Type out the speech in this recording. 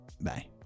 Bye